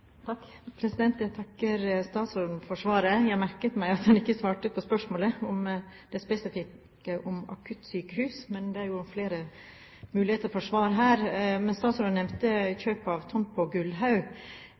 Jeg takker statsråden for svaret. Jeg merket meg at hun ikke svarte på det spesifikke spørsmålet om akuttsykehus, men det er flere muligheter for svar her. Statsråden nevnte